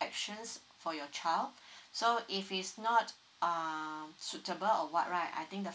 actions for your child so if it's not um suitable or what right I think the